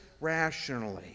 rationally